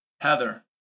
Heather